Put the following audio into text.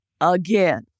again